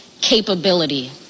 capability